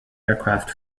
aircraft